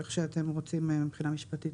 איך שאתם רוצים להגדיר את זה מבחינה משפטית